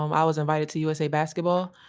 um i was invited to usa basketball.